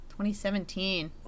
2017